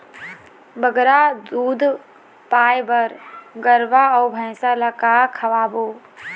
बगरा दूध पाए बर गरवा अऊ भैंसा ला का खवाबो?